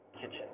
kitchen